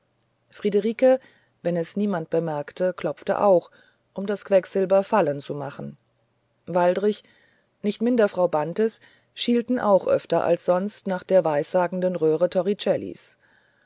friederike wenn es niemand bemerkte klopfte auch um das quecksilber fallen zu machen waldrich nicht minder frau bantes schielten auch öfter als sonst nach der weissagenden röhre